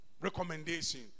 recommendation